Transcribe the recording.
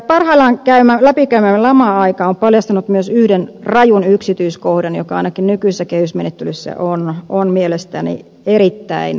parhaillaan läpikäytävä lama aika on paljastanut myös yhden rajun yksityiskohdan joka ainakin nykyisessä kehysmenettelyssä on mielestäni erittäin väärä